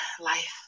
Life